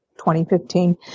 2015